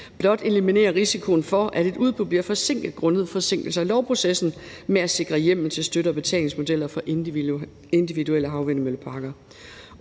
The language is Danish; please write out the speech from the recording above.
blot eliminere risikoen for, at et udbud bliver forsinket grundet forsinkelser i lovprocessen med at sikre hjemmel til støtte- og betalingsmodeller for individuelle havvindmølleparker.